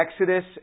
Exodus